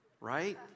right